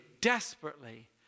desperately